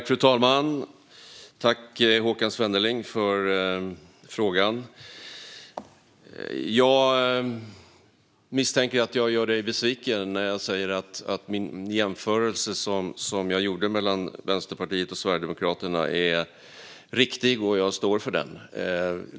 Fru talman! Tack, Håkan Svenneling, för frågan! Jag misstänker att jag gör dig besviken när jag säger att den jämförelse som jag gjorde mellan Vänsterpartiet och Sverigedemokraterna är riktig, och jag står för den.